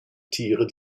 tiere